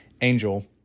Angel